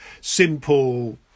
simple